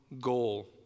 goal